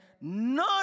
none